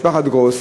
משפחת גרוס,